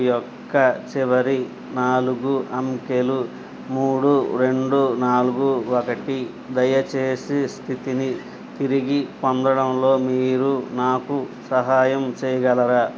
యొక్క చివరి నాలుగు అంకెలు మూడు రెండు నాలుగు ఒకటి దయచేసి స్థితిని తిరిగి పొందడంలో మీరు నాకు సహాయం చేయగలరా